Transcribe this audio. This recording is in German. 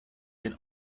den